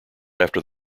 after